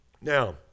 Now